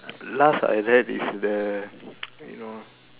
last I read is the you know